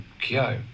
Kyo